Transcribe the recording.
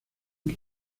que